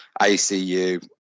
ACU